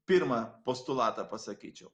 pirmą postulatą pasakyčiau